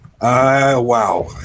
Wow